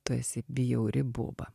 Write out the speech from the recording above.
tu esi bjauri boba